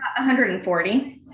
140